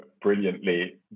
brilliantly